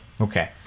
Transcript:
Okay